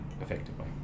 effectively